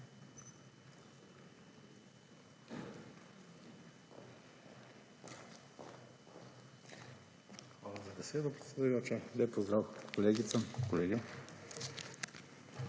Hvala za besedo, predsedujoča. Lep pozdrav kolegicam